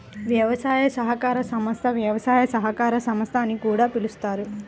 వ్యవసాయ సహకార సంస్థ, వ్యవసాయ సహకార సంస్థ అని కూడా పిలుస్తారు